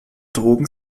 drogen